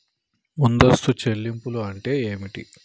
ముందస్తు చెల్లింపులు అంటే ఏమిటి?